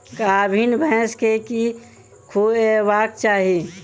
गाभीन भैंस केँ की खुएबाक चाहि?